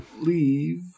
...leave